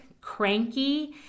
cranky